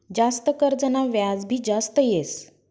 जास्त कर्जना व्याज भी जास्त येस